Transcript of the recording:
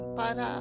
para